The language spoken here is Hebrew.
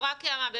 רק הערה.